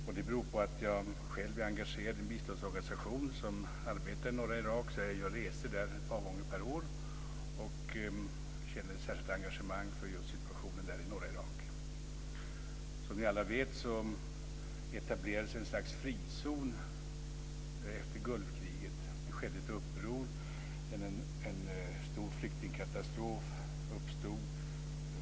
Fru talman! Jag tänkte ta upp kurdfrågan lite grann utifrån perspektivet norra Irak. Det beror på att jag själv är engagerad i en biståndsorganisation som arbetar i norra Irak. Jag gör resor där ett par gånger per år och känner ett särskilt engagemang för just situationen i norra Irak. Som ni alla vet etablerades ett slags frizon efter Gulfkriget. Det skedde ett uppror. En stor flyktingkatastrof uppstod.